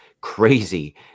crazy